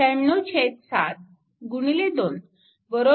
म्हणून 967 2 27